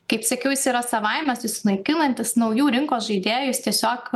kaip sakiau jis yra savaime susinaikinantis naujų rinkos žaidėjų jis tiesiog